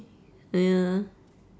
ya